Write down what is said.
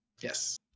Yes